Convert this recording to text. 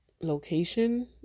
location